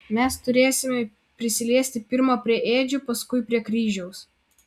mes turėsime prisiliesti pirma prie ėdžių paskui prie kryžiaus